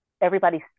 everybody's